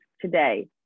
today